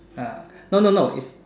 ah no no no is